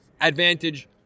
advantage